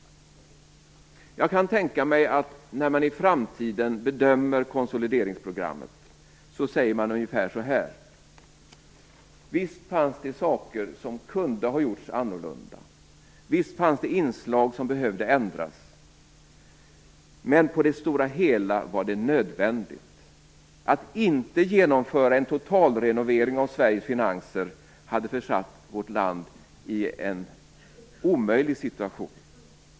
Jag kan tänka mig att när man i framtiden bedömer konsolideringsprogrammet säger man ungefär så här: Visst fanns det saker som kunde ha gjorts annorlunda, och visst fanns det inslag som behövde ändras, men på det stora hela var det nödvändigt. Att inte genomföra en totalrenovering av Sveriges finanser hade försatt vårt land i en omöjlig situation.